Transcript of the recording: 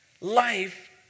Life